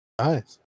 nice